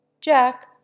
Jack